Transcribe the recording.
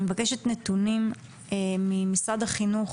אני מבקשת נתונים ממשרד החינוך